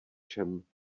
čem